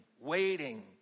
waiting